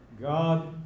God